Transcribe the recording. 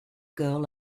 girl